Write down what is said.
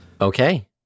Okay